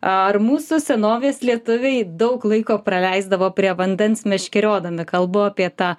ar mūsų senovės lietuviai daug laiko praleisdavo prie vandens meškeriodami kalbu apie tą